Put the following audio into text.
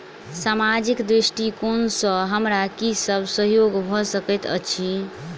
सामाजिक दृष्टिकोण सँ हमरा की सब सहयोग भऽ सकैत अछि?